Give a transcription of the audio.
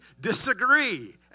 disagree